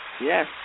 Yes